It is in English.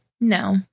No